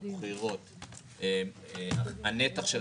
הנתח,